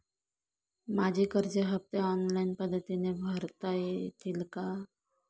माझे कर्ज हफ्ते ऑनलाईन पद्धतीने भरता येतील का?